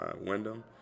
Wyndham